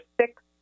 six